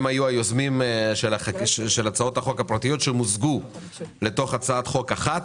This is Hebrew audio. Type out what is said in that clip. הם היו היוזמים של הצעות החוק הפרטיות שמוזגו להצעת חוק אחת.